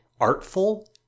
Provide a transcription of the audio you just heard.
artful